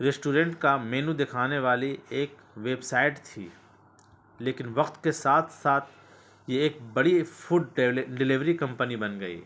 restaurant کا menu دکھانے والی ایک ویبسائٹ تھی لیکن وقت کے ساتھ ساتھ یہ ایک بڑی فوڈ ڈیلیوری کمپنی بن گئی